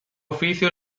oficio